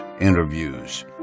interviews